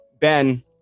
Ben